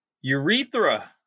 Urethra